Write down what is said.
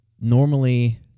normally